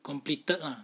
completed ah